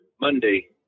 Monday